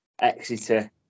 Exeter